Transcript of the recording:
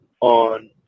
on